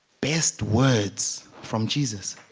based words from jesus